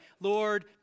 Lord